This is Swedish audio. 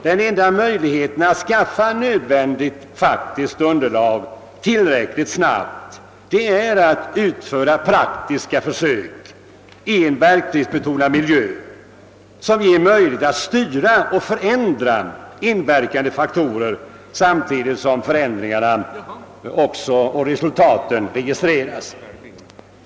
Den enda möjligheten att skaffa det nödvändiga faktiska underlaget tillräckligt snabbt är att utföra praktiska försök i en verklighetsbetonad miljö, som ger möjlighet att styra och förändra inver kande faktorer samtidigt som förändringarna och resultaten registreras.